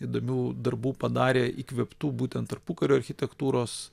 įdomių darbų padarė įkvėptų būtent tarpukario architektūros